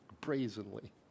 brazenly